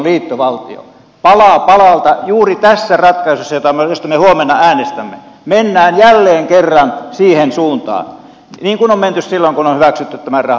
pala palalta juuri tässä ratkaisussa josta me huomenna äänestämme mennään jälleen kerran siihen suuntaan niin kun on menty silloin kun on hyväksytty tämä rahaliitto